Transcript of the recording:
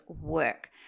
work